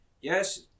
Yes